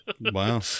wow